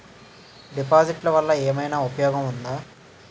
డిపాజిట్లు వల్ల ఏమైనా ఉపయోగం ఉందా?